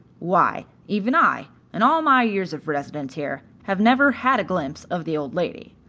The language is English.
why, even i, in all my years of residence here, have never had a glimpse of the old lady.